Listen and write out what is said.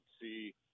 see